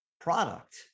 product